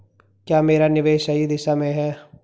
क्या मेरा निवेश सही दिशा में है?